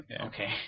Okay